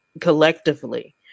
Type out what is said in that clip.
collectively